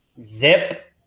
Zip